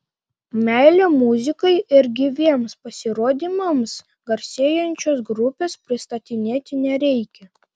meile muzikai ir gyviems pasirodymams garsėjančios grupės pristatinėti nereikia